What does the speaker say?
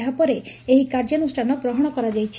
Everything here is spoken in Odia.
ଏହାପରେ ଏହି କାର୍ଯ୍ୟାନୁଷ୍ଠାନ ଗ୍ରହଣ କରାଯାଇଛି